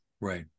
Right